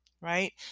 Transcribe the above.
Right